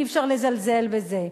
אי-אפשר לזלזל בזה.